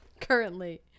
currently